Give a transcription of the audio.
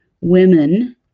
women